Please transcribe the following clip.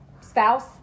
spouse